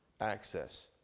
access